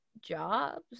jobs